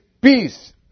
peace